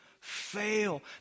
fail